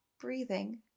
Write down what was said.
breathing